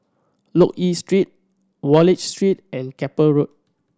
Loke Yew Street Wallich Street and Keppel Road